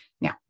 Now